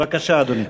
בבקשה, אדוני.